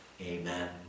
Amen